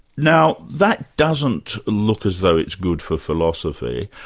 now that doesn't look as though it's good for philosophy,